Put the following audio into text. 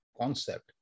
concept